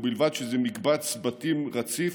ובלבד שזה מקבץ בתים רציף,